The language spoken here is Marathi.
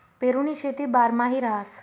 पेरुनी शेती बारमाही रहास